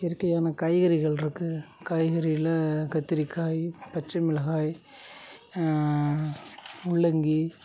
இயற்கையான காய்கறிகள் இருக்குது காய்கறியில் கத்திரிக்காய் பச்சை மிளகாய் முள்ளங்கி